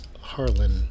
Harlan